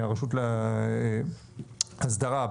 מהרשות לאסדרה,